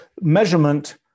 measurement